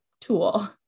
tool